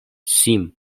sim